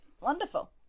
Wonderful